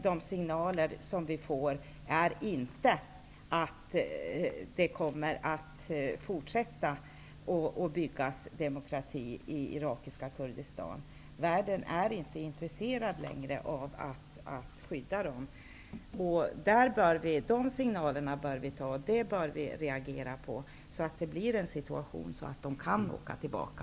De signaler som vi nu får är inte att det kommer att fortsätta att byggas upp en demokrati i det ira kiska Kurdistan. Världen är inte längre intresse rad av att skydda kurderna där. De signalerna bör vi reagera på och arbeta för att det blir en sådan situation att de kan åka tillbaka.